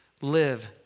Live